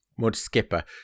Mudskipper